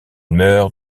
meurt